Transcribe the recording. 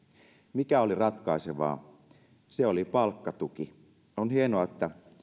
mikä oli ratkaisevaa se oli palkkatuki on hienoa että